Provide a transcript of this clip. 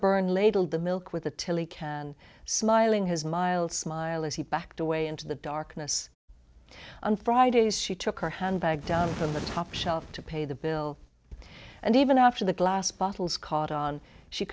byrne ladled the milk with the till he can smiling his mild smile as he backed away into the darkness on friday's she took her handbag down from the top shelf to pay the bill and even after the glass bottles caught on she